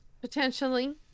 Potentially